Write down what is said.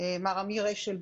מר אמיר אשל,